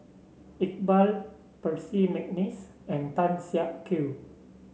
Iqbal Percy McNeice and Tan Siak Kew